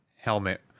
helmet